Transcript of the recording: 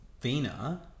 vena